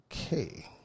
Okay